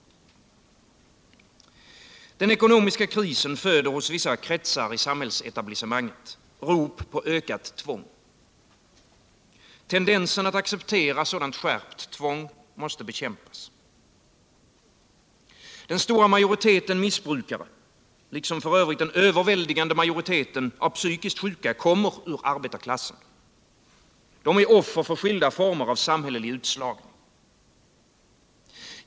159 Den ekonomiska krisen föder hos vissa kretsar i samhällsetablissemanget rop på ökat tvång. Tendensen att acceptera sådant skärpt tvång måste bekämpas. Den stora majoriteten missbrukare, liksom den överväldigande majoriteten av psykiskt sjuka, kommer ur arbetarklassen. De är offer för skilda former av samhällelig utslagning.